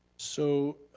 so